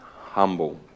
humble